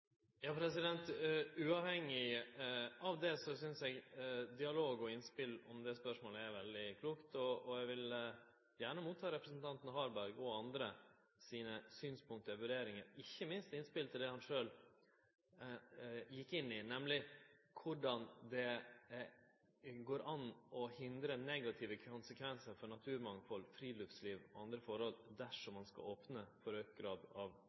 Uavhengig av det synest eg at dialog om og innspel til det spørsmålet er veldig klokt, og eg vil gjerne ta imot representanten Harbergs og andre sine synspunkt og vurderingar, ikkje minst innspel til det han sjølv gjekk inn i, nemlig korleis det går an å hindre negative konsekvensar for naturmangfald, friluftsliv og andre forhold dersom ein skal opne for auka grad av